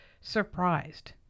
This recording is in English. surprised